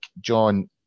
John